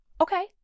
okay